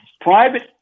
Private